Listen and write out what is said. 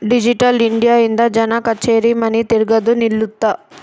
digital India ಇಂದ ಜನ ಕಛೇರಿ ಮನಿ ತಿರ್ಗದು ನಿಲ್ಲುತ್ತ